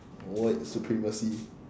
white supremacy